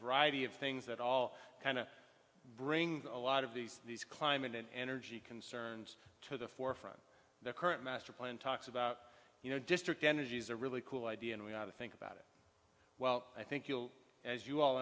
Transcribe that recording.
variety of things that all kind of brings a lot of these these climate and energy concerns to the forefront the current master plan talks about you know district energy is a really cool idea and we have to think about it well i think you'll as you all